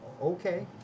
Okay